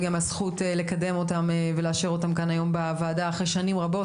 גם הזכות לקדם אותן ולאשר אותן כאן היום בוועדה אחרי שנים רבות,